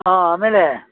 ಹಾಂ ಆಮೇಲೆ